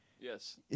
Yes